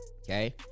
okay